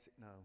no